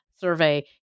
survey